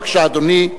בבקשה, אדוני.